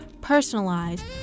personalized